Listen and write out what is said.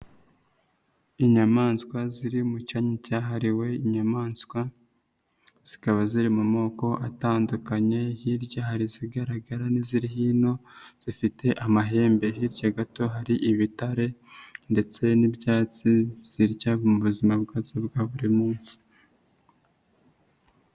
Inyamaswa ziri mu cyanya cyahariwe inyamaswa, zikaba ziri mu moko atandukanye, hirya hari izigaragara n'iziri hino zifite amahembe. Hirya gato hari ibitare ndetse n'ibyatsi zirya mu buzima bwazo bwa buri munsi.